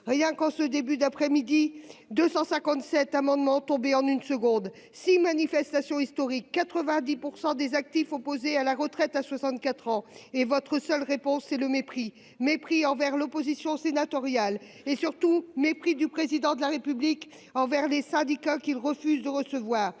Rien qu'en ce début d'après-midi, 257 amendements sont tombés en une seconde. Six manifestations historiques, 90 % des actifs opposés à la retraite à 64 ans, et votre seule réponse, c'est le mépris. Mépris envers l'opposition sénatoriale. Mépris, surtout, du Président de la République envers les syndicats, qu'il refuse de recevoir.